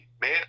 man